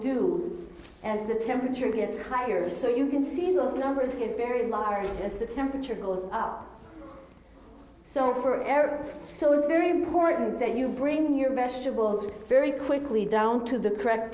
as the temperature gets higher so you can see those numbers in very large as the temperature goes up so for air so it's very important that you bring your vegetables very quickly down to the correct